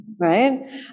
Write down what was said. right